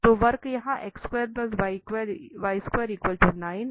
तो वक्र यहाँ और प्लेन z 3 में है